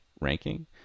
ranking